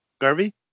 Garvey